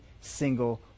single